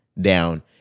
down